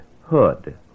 Hood